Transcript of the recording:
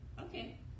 okay